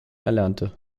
erlernte